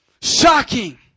Shocking